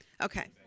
okay